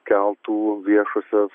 keltų viešosios